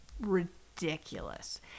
ridiculous